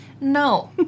no